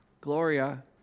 Gloria